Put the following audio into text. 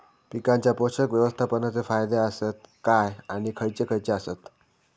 पीकांच्या पोषक व्यवस्थापन चे फायदे आसत काय आणि खैयचे खैयचे आसत?